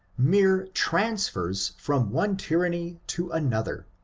mere transfers from one tyranny to another.